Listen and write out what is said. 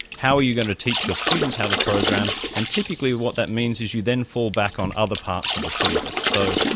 how are you going to teach your students how to program? and typically what that means is you then fall back on other parts of the syllabus. so,